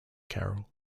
carol